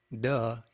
duh